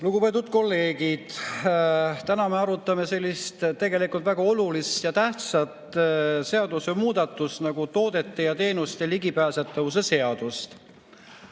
Lugupeetud kolleegid! Täna me arutame sellist tegelikult väga olulist ja tähtsat seadusemuudatust nagu toodete ja teenuste ligipääsetavuse seadust.